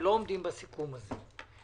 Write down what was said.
לא עומדים בסיכום הזה.